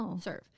serve